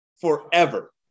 forever